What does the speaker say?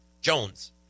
Jones